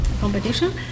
competition